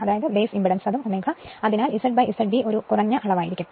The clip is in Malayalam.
അതിനാൽ Z Z B ഒരു അളവ് കുറഞ്ഞ അളവാണ് അതിനാൽ ഇത് Z Z ബേസ് എന്നത് പകുതിയായിരിക്കും